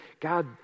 God